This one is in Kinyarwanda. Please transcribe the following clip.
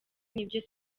n’ibyo